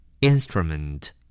instrument